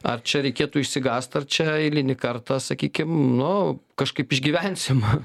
ar čia reikėtų išsigąst ar čia eilinį kartą sakykim nu kažkaip išgyvensim